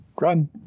run